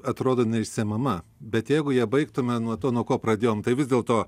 atrodo neišsemiama bet jeigu ją baigtume nuo to nuo ko pradėjom tai vis dėl to